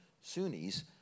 Sunnis